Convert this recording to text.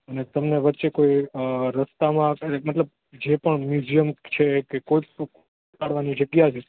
અને તમને વચ્ચે કોય રસ્તા માં મતલબ જે પણ મ્યુજીયમ છે કે કોયપણ દેખાડવાની જગ્યા છે